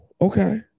okay